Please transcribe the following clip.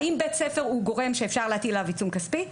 האם בית ספר הוא גורם שאפשר להטיל עליו עיצום כספי?